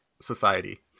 society